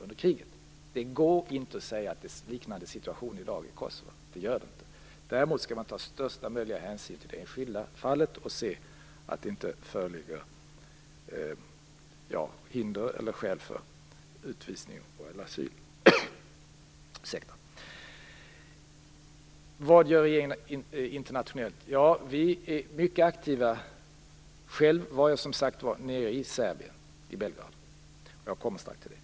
Det går inte att säga att det är liknande situation i dag i Kosovo. Däremot skall man ta största möjliga hänsyn till det enskilda fallet och se att det inte föreligger hinder eller skäl för utvisning eller asyl. Vad gör regeringen internationellt? Vi är mycket aktiva. Själv var jag, som sagt var, nere i Serbien, i Belgrad. Jag återkommer strax till det.